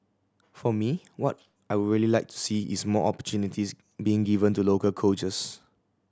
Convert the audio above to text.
for me what I would really like to see is more opportunities being given to local coaches